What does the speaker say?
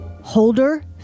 Holder